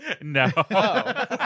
No